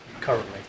currently